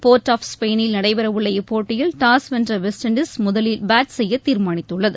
board of ஸ்பெயினில் நடைபெற உள்ள இப்போட்டியில் டாஸ் வென்ற வெஸ்ட் இன்டஸ் முதலில் பேட் செய்ய தீர்மானித்துள்ளது